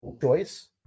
choice